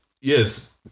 Yes